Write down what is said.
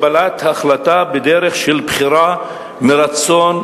אחת מהן הצעת חוק של חבר הכנסת יואל חסון,